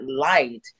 light